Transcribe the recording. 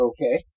Okay